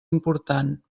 important